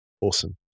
Awesome